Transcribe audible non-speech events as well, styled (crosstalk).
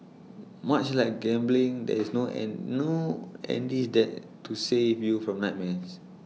(noise) much like gambling there's no and no Andy's Dad to save you from nightmares